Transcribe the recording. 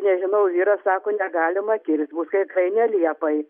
nežinau vyras sako negalima kirst bus kai grainio liepai